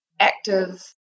active